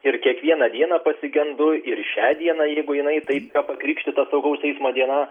ir kiekvieną dieną pasigendu ir šią dieną jeigu jinai taip pakrikštyta saugaus eismo diena